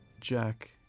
Jack